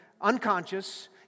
unconscious